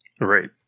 Right